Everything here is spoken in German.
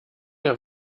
der